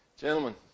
Gentlemen